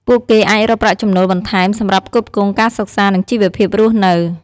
ពួកគេអាចរកប្រាក់ចំណូលបន្ថែមសម្រាប់ផ្គត់ផ្គង់ការសិក្សា និងជីវភាពរស់នៅ។